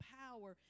power